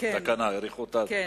התקנה, האריכו אותה, יש להם זמן.